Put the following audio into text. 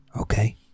okay